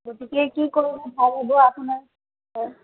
গতিকে কি কৰোঁ ভাল হ'ব আপোনাৰ হয়